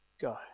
Go